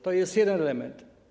To jest jeden element.